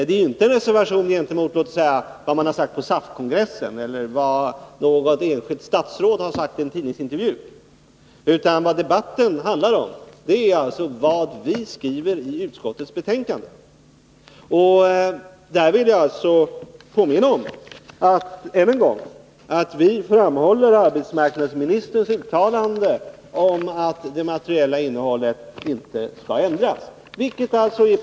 Det är inte en reservation gentemot vad som sagts på SAF-kongressen eller mot vad något enskilt statsråd har sagt i en tidningsintervju. Vad debatten handlar om är alltså vad som skrivits i utskottsbetänkandet. Jag vill än en gång påminna om att utskottsmajoriteten betonar arbetsmarknadsministerns uttalande om att det materiella innehållet i ledighetslagstiftningen inte skall ändras.